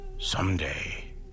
Someday